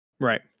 right